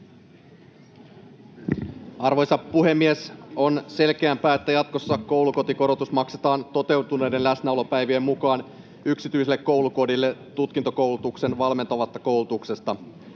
Arvoisa puhemies! On selkeämpää, että jatkossa koulukotikorotus maksetaan toteutuneiden läsnäolopäivien mukaan yksityiselle koulukodille tutkintokoulutukseen valmentavasta koulutuksesta.